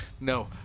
No